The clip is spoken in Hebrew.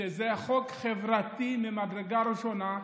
שזה חוק חברתי ממדרגה ראשונה,